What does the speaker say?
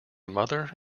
mother